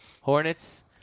Hornets